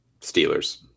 Steelers